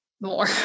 more